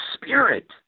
spirit